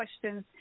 questions